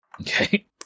Okay